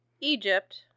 Egypt